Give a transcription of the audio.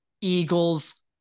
Eagles